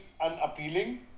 unappealing